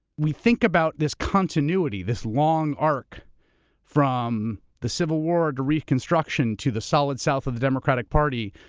we think about this continuity, this long arc from the civil war, to reconstruction, to the solid south of the democratic party,